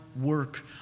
work